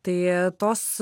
tai tos